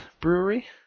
brewery